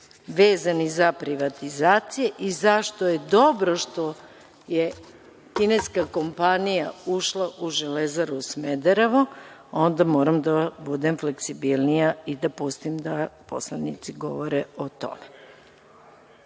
vezano za privatizacije i zašto je dobro što je kineska kompanija ušla u „Železaru Smederevo“ onda moram da budem flaksibilnija i da pustim da poslanici govore o tome. Ali,